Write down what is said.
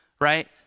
Right